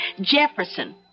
Jefferson